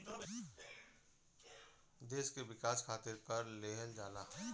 देस के विकास खारित कर लेहल जाला